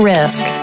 Risk